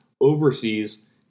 overseas